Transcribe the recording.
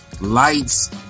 Lights